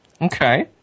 Okay